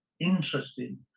interesting